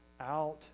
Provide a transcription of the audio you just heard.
out